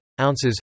ounces